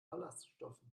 ballaststoffen